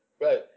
Right